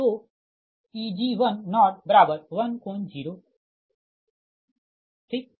तो Eg101∠0ठीक